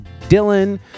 Dylan